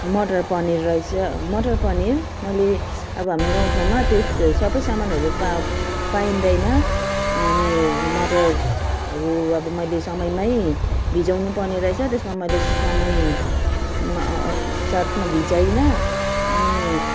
मटर पनिर रहेछ मटर पनिर मैले अब हामी गाउँठाउँमा त्यस सबै सामानहरू पाउ पाइँदैन अनि मटरहरू अब मैले समयमै भिजाउनु पर्ने रहेछ त्यसमा मैले समयमा साथमा भिजाइनँ अनि